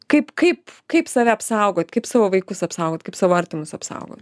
kaip kaip kaip save apsaugot kaip savo vaikus apsaugot kaip savo artimus apsaugot